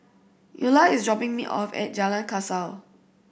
Eola is dropping me off at Jalan Kasau